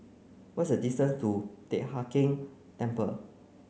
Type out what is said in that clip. what's the distance to Teck Hai Keng Temple